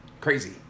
Crazy